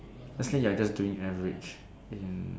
let's say you're just doing average in